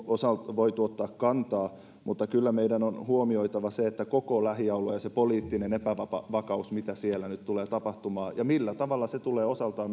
voitu ottaa kantaa mutta kyllä meidän on huomioitava se koko lähialue ja se poliittinen epävakaus se mitä siellä nyt tulee tapahtumaan ja millä tavalla se tulee osaltaan